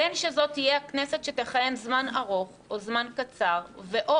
בין שזאת תהיה הכנסת שתכהן זמן ארוך או זמן קצר ואו